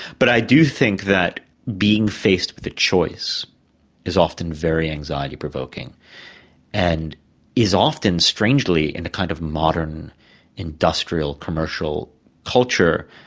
but i do think that being faced with a choice is often very anxiety-provoking and is often strangely, in a kind of modern industrial, commercial culture,